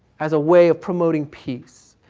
as a way of promoting peace.